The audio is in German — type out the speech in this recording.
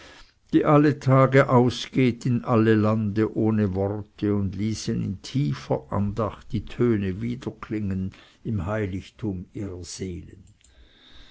die alle tage ausgeht in alle lande ohne worte ließen in tiefer andacht die töne widerklingen im heiligtum ihrer seelen